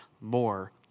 more